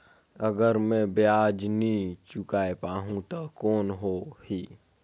अगर मै ब्याज नी चुकाय पाहुं ता कौन हो ही?